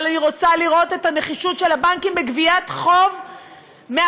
אבל אני רוצה לראות את הנחישות של הבנקים בגביית חוב מהפישמנים,